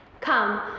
Come